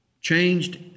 changed